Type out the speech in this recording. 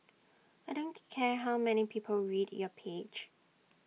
I don't care how many people read your page